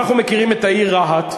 אנחנו מכירים את העיר רהט,